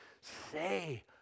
Say